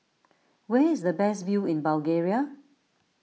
where is the best view in Bulgaria